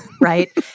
Right